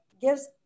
gives